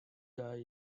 die